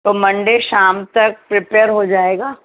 Monday شام تک prepare ہو جائے گا